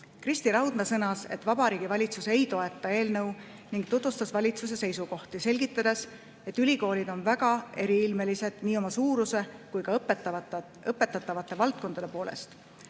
Kristi Raudmäe sõnas, et Vabariigi Valitsus ei toeta eelnõu, ning tutvustas valitsuse seisukohti, selgitades, et ülikoolid on väga eriilmelised nii suuruse kui ka õpetatavate valdkondade poolest.